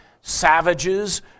savages